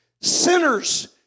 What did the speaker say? Sinners